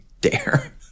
dare